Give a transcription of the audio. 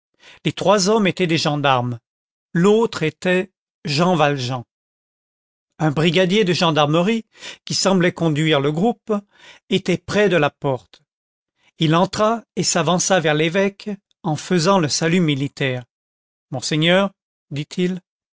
les trois hommes étaient des gendarmes l'autre était jean valjean un brigadier de gendarmerie qui semblait conduire le groupe était près de la porte il entra et s'avança vers l'évêque en faisant le salut militaire monseigneur dit-il